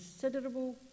considerable